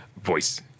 voice